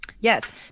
Yes